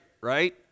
right